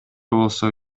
болсо